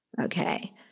okay